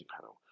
panel